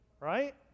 right